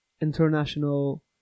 international